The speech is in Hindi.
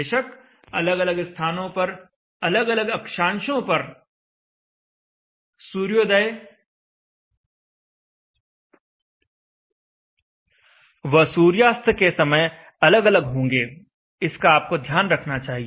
बेशक अलग अलग स्थानों पर अलग अलग अक्षांशों पर सूर्योदय व सूर्यास्त के समय अलग अलग होंगे इसका आपको ध्यान रखना चाहिए